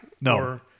No